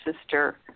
sister